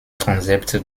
transept